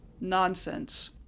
nonsense